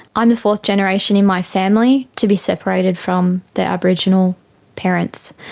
and fourth generation in my family to be separated from their aboriginal parents,